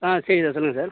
ஆ சரி சார் சொல்லுங்கள் சார்